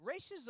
racism